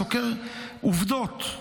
סוקר עובדות,